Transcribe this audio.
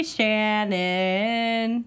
Shannon